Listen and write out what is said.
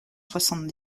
soixante